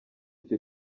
icyo